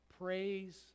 praise